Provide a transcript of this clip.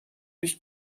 nicht